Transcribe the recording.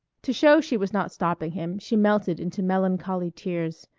to show she was not stopping him she melted into melancholy tears.